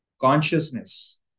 consciousness